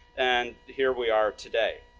and here we are today.